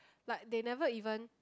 like they never even